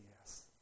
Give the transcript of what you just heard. yes